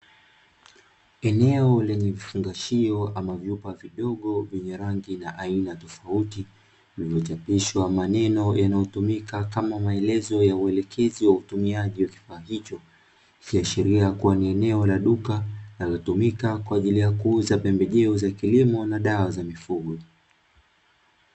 Eneo lenye vifungashio ama vyupa vidogo vyenye rangi na aina tofauti, vilivyochapishwa maneno yanayotumika kama maelezo ya uelekezi wa utumiaji wa kifaa hicho, ikiashiria kuwa ni eneo la duka linalotumika kwa ajili ya kuuza pembejeo za kilimo na dawa za mifugo.